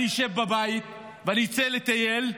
לשבת בבית לצאת לטייל,